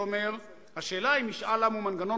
אומר: "השאלה אם משאל עם הוא מנגנון